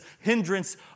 hindrance